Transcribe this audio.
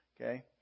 okay